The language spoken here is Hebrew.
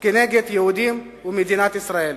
כנגד היהודים ומדינת ישראל.